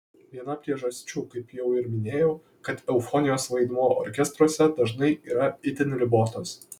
viena priežasčių kaip jau ir minėjau kad eufonijos vaidmuo orkestruose dažnai yra itin ribotas